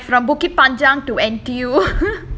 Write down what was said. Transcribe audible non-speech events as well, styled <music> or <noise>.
like from bukit panjang to N_T_U <laughs>